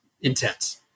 intense